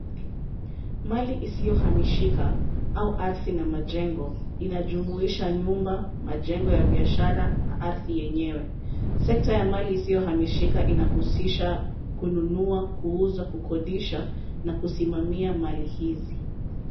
Mali isiyohamishika au ardhi na majengo inajumuisha nyumba, majengo ya biashara na ardhi yenyewe. Sekta ya mali isiyohamishika inahusisha kununua, kuuza, kukodisha na kusimamia mali hizi.